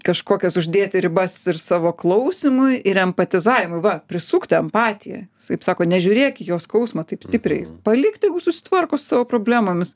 kažkokias uždėti ribas ir savo klausymui ir empatizavimui va prisukti empatiją kaip sako nežiūrėk į jo skausmą taip stipriai palik tegu susitvarko su savo problemomis